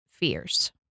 fears